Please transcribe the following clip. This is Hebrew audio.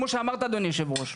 כמו שאמרת אדוני יושב הראש,